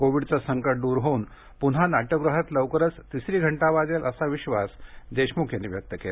कोविडचं संकट दूर होऊन पुन्हानाट्यगृहात लवकरच तिसरी घंटा वाजेल असा विश्वास देशमुख यांनी व्यक्त केला